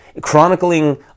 chronicling